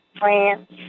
France